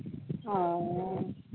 ᱚᱻ